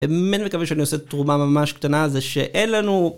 אמן, מקווה שאני עושה תרומה ממש קטנה, זה שאין לנו...